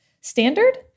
standard